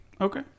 Okay